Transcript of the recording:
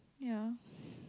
ya